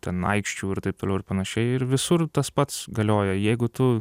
ten aikščių ir taip toliau ir panašiai ir visur tas pats galioja jeigu tu